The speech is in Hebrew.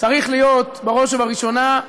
צריך להיות בראש וראשונה: